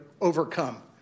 overcome